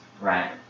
right